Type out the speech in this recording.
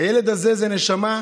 הילד הזה הוא נשמה,